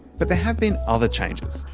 but there have been other changes,